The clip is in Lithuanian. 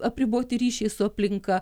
apriboti ryšiai su aplinka